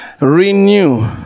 renew